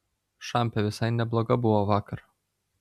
šampė visai nebloga buvo vakar